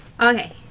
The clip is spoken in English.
Okay